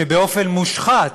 שבאופן מושחת,